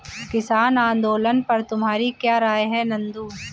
किसान आंदोलन पर तुम्हारी क्या राय है नंदू?